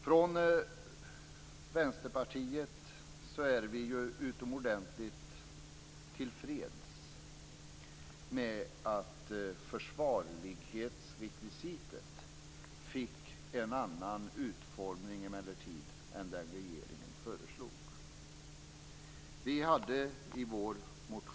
Från Vänsterpartiet är vi utomordentligt till freds med att försvarlighetsrekvisitet fick en annan utformning än den regeringen föreslog.